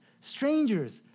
strangers